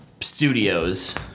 studios